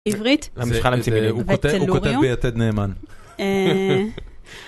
עברית. הוא כותב ביתד נאמן.